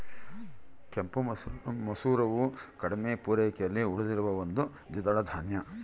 ಕೆಂಪು ಮಸೂರವು ಕಡಿಮೆ ಪೂರೈಕೆಯಲ್ಲಿ ಉಳಿದಿರುವ ಒಂದು ದ್ವಿದಳ ಧಾನ್ಯ